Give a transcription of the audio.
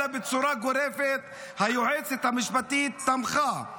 אלא בצורה גורפת היועצת המשפטית תמכה.